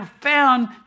found